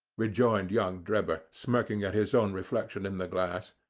rejoined young drebber, smirking at his own reflection in the glass.